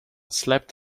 slept